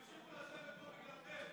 הם ימשיכו לשבת פה בגללכם.